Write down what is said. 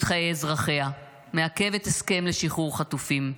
חיי אזרחיה ומעכבת הסכם לשחרור חטופים.